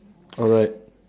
alright